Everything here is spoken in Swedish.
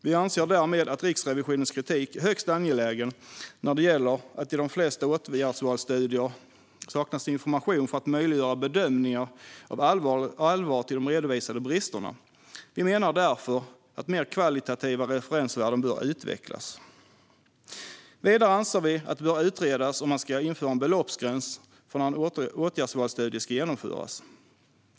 Vi anser därmed att Riksrevisionens kritik är högst angelägen när det gäller att det i de flesta åtgärdsvalsstudier saknas information för att möjliggöra bedömningar om allvaret i de redovisade bristerna. Vi menar därför att mer kvalitativa referensvärden bör utvecklas. Visare anser vi att det bör utredas om man ska införa en beloppsgräns för när en åtgärdsvalsstudie ska genomföras.